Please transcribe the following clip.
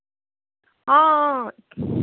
నేనేనండి